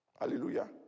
Hallelujah